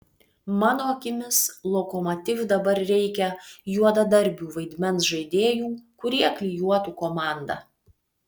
mano akimis lokomotiv dabar reikia juodadarbių vaidmens žaidėjų kurie klijuotų komandą